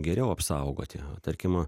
geriau apsaugoti tarkim